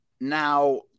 Now